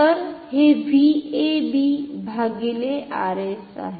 तर हे VAB भागीले R s आहे